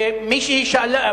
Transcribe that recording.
ויש מזגנים?